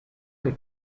che